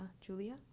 Julia